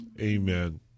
amen